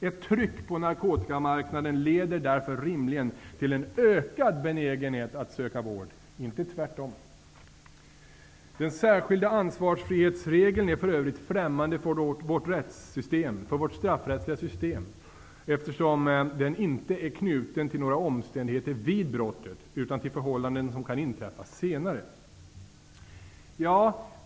Ett tryck på narkotikamarknaden leder därför rimligen till en ökad benägenhet att söka vård -- inte tvärtom! Den särskilda ansvarsfrihetsregeln är för övrigt främmande för vårt straffrättsliga system eftersom den inte är knuten till några omständigheter vid brottet utan till förhållanden som kan inträffa senare.